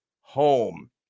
home